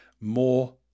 more